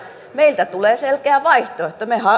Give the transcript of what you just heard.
meiltä tulee selkeä vaihtoehto